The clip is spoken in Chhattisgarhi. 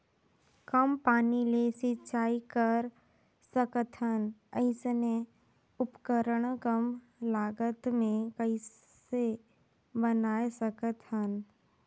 कम पानी ले सिंचाई कर सकथन अइसने उपकरण कम लागत मे कइसे बनाय सकत हन?